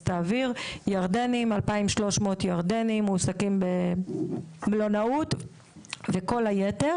ירדנים, 2,300 מועסקים במלונאות וכל היתר.